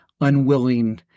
unwilling